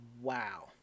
wow